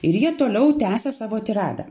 ir jie toliau tęsia savo tiradą